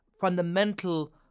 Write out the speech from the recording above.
fundamental